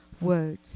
words